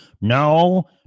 no